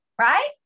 right